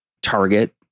target